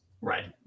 Right